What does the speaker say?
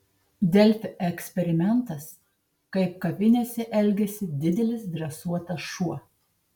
delfi eksperimentas kaip kavinėse elgiasi didelis dresuotas šuo